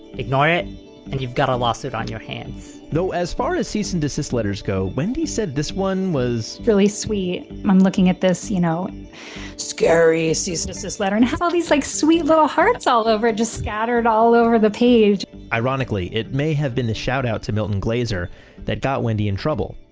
ignore it and you've got a lawsuit on your hands though as far as cease and desist letters go, wendy said this one was really sweet. i'm looking at this you know scary cease and desist letter and all these like sweet little hearts all over it, just scattered all over the page ironically, it may have been the shout out to milton glaser that got wendy in trouble,